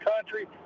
country